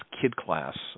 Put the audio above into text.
kid-class